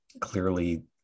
Clearly